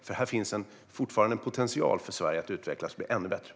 Här finns nämligen fortfarande potential för Sverige att utvecklas och bli ännu bättre.